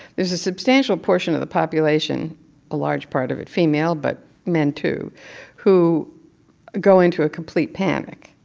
there's a substantial portion of the population a large part of it female but men, too who go into a complete panic